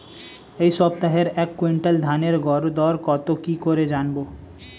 এই সপ্তাহের এক কুইন্টাল ধানের গর দর কত কি করে জানবো?